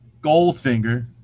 Goldfinger